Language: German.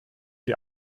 die